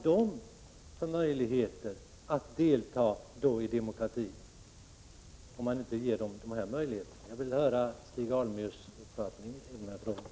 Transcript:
Vilka möjligheter har de att delta i demokratin? Jag vill gärna höra Stig Alemyrs uppfattning i de här frågorna.